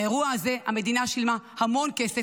באירוע הזה המדינה שילמה המון כסף,